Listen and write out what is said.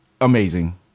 amazing